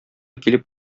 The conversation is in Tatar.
килеп